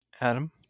Adam